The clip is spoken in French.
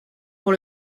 pour